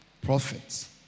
prophets